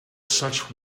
such